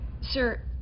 Sir